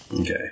Okay